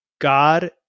God